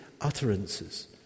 utterances